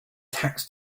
tax